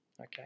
Okay